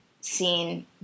seen